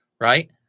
right